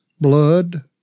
blood